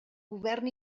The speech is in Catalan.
govern